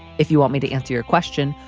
if you want me to answer your question,